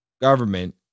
government